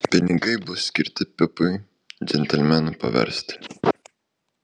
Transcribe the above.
pinigai bus skirti pipui džentelmenu paversti